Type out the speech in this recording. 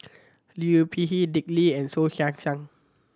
Liu Peihe Dick Lee and Soh Kay Siang